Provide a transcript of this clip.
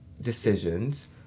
decisions